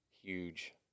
huge